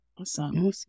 Awesome